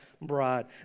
bride